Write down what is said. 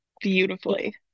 beautifully